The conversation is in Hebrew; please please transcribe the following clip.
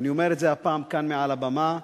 ואני אומר את זה הפעם כאן מעל הבמה,